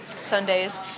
Sundays